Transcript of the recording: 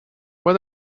what